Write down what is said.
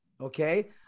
Okay